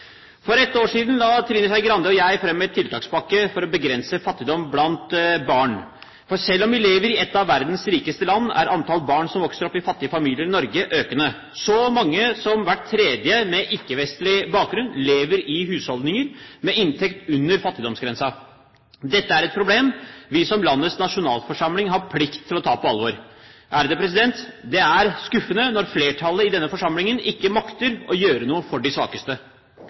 i et av verdens rikeste land, er antall barn som vokser opp i fattige familier i Norge, økende. Så mange som hvert tredje barn med ikke-vestlig bakgrunn lever i husholdninger med inntekt under fattigdomsgrensen. Dette er et problem vi som landets nasjonalforsamling har plikt til å ta på alvor. Det er skuffende når flertallet i denne forsamlingen ikke makter å gjøre noe for de svakeste.